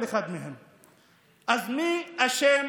אז מי אשם